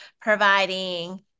providing